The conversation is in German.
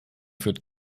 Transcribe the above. führt